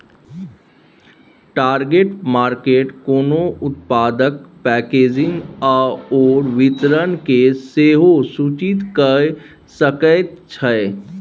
target market कोनो उत्पादक packaging आओर वितरणकेँ सेहो सूचित कए सकैत छै